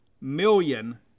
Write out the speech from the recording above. million